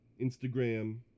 Instagram